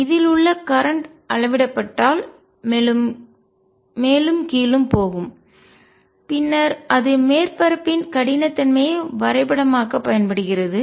எனவே இதில் உள்ள கரண்ட் மின்னோட்டம் அளவிடப்பட்டால் மேலும் கீழும் போகும் பின்னர் அது மேற்பரப்பின் கடினத்தன்மையை வரைபடமாக்க பயன்படுகிறது